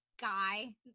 guy